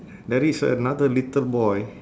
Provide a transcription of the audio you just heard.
there is another little boy